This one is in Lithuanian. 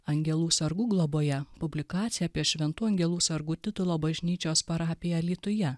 angelų sargų globoje publikacija apie šventų angelų sargų titulo bažnyčios parapiją alytuje